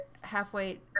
Halfway